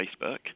Facebook